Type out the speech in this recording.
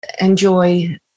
enjoy